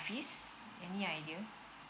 office any idea